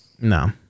no